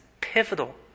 pivotal